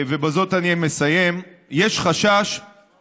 ובזה אני מסיים, יש מחלוקת